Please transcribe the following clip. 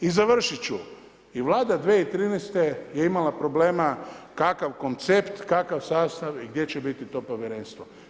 I završit ću, i Vlada 2013. je imala problema kakav koncept, kakav sastav i gdje će biti to Povjerenstvo.